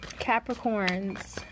Capricorns